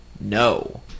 no